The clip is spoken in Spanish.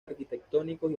arquitectónicos